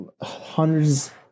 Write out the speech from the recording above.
hundreds